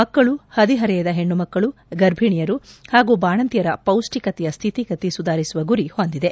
ಮಕ್ಕಳ ಹದಿಹರೆಯದ ಹೆಣ್ಣುಮಕ್ಕಳ ಗರ್ಭಿಣಿಯರ ಹಾಗೂ ಬಾಣಂತಿಯರ ಪೌಷ್ಣಕತೆಯ ಸ್ಹಿತಿಗತಿ ಸುಧರಿಸುವ ಗುರಿ ಹೊಂದಿದೆ